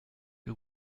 que